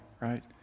right